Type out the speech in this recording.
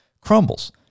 crumbles